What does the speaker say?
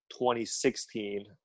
2016